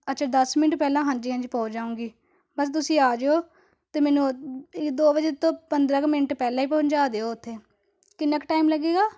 ਅੱਛਾ ਦਸ ਮਿੰਟ ਪਹਿਲਾਂ ਹਾਂਜੀ ਹਾਂਜੀ ਪਹੁੰਚ ਜਾਊਂਗੀ ਬਸ ਤੁਸੀਂ ਆ ਜਾਇਓ ਅਤੇ ਮੈਨੂੰ ਦੋ ਵਜੇ ਤੋਂ ਪੰਦਰਾ ਕੁ ਮਿੰਟ ਪਹਿਲਾਂ ਹੀ ਪਹੁੰਚਾ ਦਿਓ ਉੱਥੇ ਕਿੰਨਾ ਕੁ ਟਾਈਮ ਲੱਗੇਗਾ